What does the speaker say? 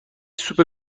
سوپ